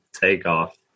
takeoff